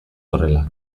horrela